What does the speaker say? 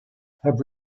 have